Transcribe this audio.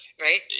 Right